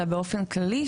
אלא באופן כללי.